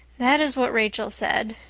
that is what rachel said.